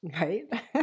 Right